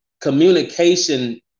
communication